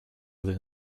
than